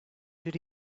did